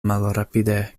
malrapide